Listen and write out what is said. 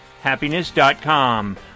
Happiness.com